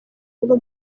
unu